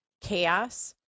chaos